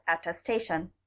attestation